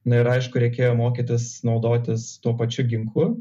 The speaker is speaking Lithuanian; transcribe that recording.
nu ir aišku reikėjo mokytis naudotis tuo pačiu ginklu